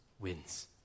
wins